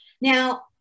Now